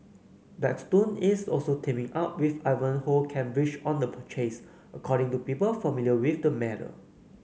Blackstone is also teaming up with Ivanhoe Cambridge on the purchase according to people familiar with the matter